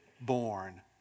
born